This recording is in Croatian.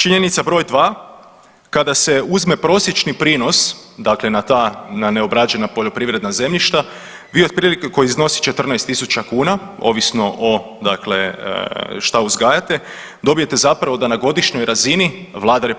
Činjenica broj dva, kada se uzme prosječni prinos, dakle na ta, na neobrađena poljoprivredna zemljišta vi otprilike koji iznosi 14 tisuća kuna ovisno o dakle šta uzgajate dobijete zapravo da na godišnjoj razini Vlada RH